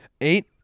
Eight